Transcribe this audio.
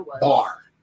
bar